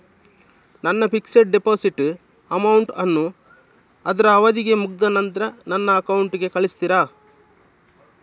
ನನ್ನ fixed deposit amount ಅನ್ನು ಅದ್ರ ಅವಧಿ ಮುಗ್ದ ನಂತ್ರ ನನ್ನ ಅಕೌಂಟ್ ಗೆ ಕಳಿಸ್ತೀರಾ?